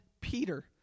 Peter